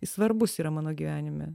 jis svarbus yra mano gyvenime